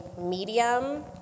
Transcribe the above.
medium